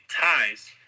ties